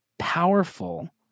powerful